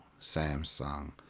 Samsung